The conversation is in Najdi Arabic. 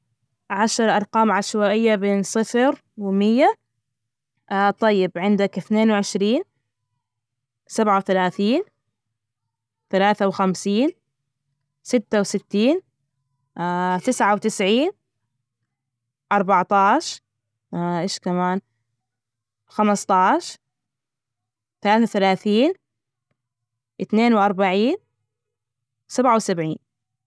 عشر أرقام عشوائية بين صفر ومائة، طيب عندك اثنين وعشرين. سبعة وثلاثين، ثلاثة وخمسين، ستة وستين تسعة وتسعين. اربعة عشر إيش كمان؟ خمسة عشر، ثلاثة وثلاثين، اثنين واربعين، سبعة وسبعين.